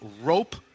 rope